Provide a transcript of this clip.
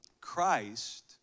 Christ